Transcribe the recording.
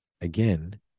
Again